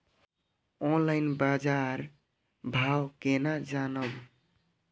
Online बाजार भाव केना जानब?